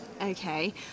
Okay